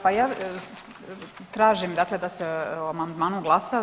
Pa ja tražim da se o amandmanu glasa.